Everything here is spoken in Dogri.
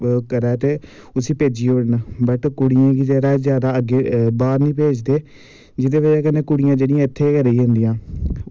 ओ करै ते उसी भेज्जी ओड़न बट कुड़ियें गी जादा जादै अग्गैं बाह्र नी भेजदे जेह्दे बजह कन्नै कुड़ियां जेह्ड़ियां इत्थें गै रेही जंदियां